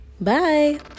Bye